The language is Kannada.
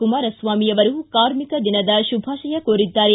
ಕುಮಾರಸ್ವಾಮಿ ಅವರು ಕಾರ್ಮಿಕ ದಿನದ ಶುಭಾಶಯ ಕೋರಿದ್ದಾರೆ